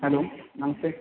hello नमस्ते